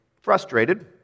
frustrated